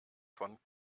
von